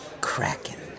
Kraken